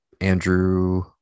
Andrew